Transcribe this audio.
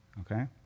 Okay